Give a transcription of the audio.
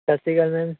ਸਤਿ ਸ਼੍ਰੀ ਅਕਾਲ ਮੈਮ